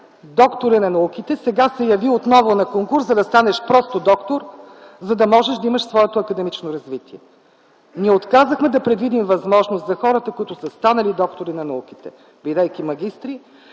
докторе на науките, сега отново се яви на конкурс, за да станеш просто доктор, за да можеш да имаш своето академично развитие. Ние отказахме да предвидим възможност за хората, които са станали доктори на науките, бидейки магистри,